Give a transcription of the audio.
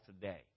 today